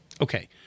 Okay